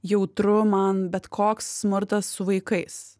jautru man bet koks smurtas su vaikais